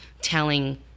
telling